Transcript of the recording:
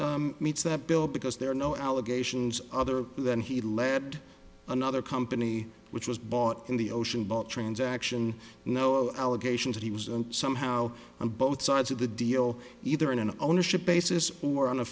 ehrhardt meets that bill because there are no allegations other than he led another company which was bought in the ocean ball transaction no allegation that he was somehow on both sides of the deal either in an ownership basis or on a